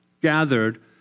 gathered